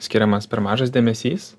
skiriamas per mažas dėmesys